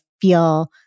feel